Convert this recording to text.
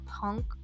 punk